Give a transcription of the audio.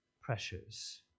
pressures